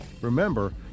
Remember